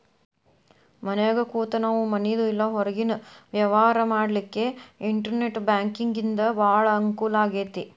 ಮನ್ಯಾಗ್ ಕೂತ ನಾವು ಮನಿದು ಇಲ್ಲಾ ಹೊರ್ಗಿನ್ ವ್ಯವ್ಹಾರಾ ಮಾಡ್ಲಿಕ್ಕೆ ಇನ್ಟೆರ್ನೆಟ್ ಬ್ಯಾಂಕಿಂಗಿಂದಾ ಭಾಳ್ ಅಂಕೂಲಾಗೇತಿ